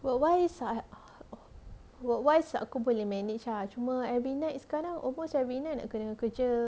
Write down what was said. work wise ah work wise macam aku boleh manage ah cuma every night sekarang almost every night nak kena kerja